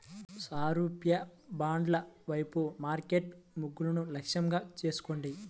సారూప్య బ్రాండ్ల వైపు మార్కెట్ మొగ్గును లక్ష్యంగా చేసుకోండి